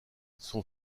son